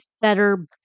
Better